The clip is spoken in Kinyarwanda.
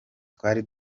twari